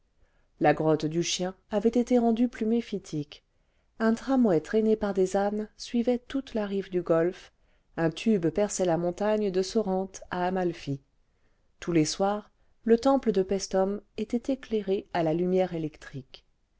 la grotte du chien avait été rendue plus méphitique un tramway traîné par des ânes suivait toute la rive du golfe un tube perçait la montagne de sorrente à amalfi tous les soirs le temple de passtum était éclairé à la lumière électrique